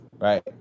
right